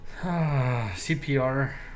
cpr